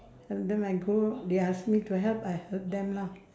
sometime I go they ask me help I help them lah